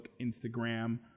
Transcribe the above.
Instagram